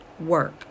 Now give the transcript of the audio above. work